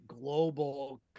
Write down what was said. global